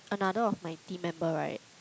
another of my team member right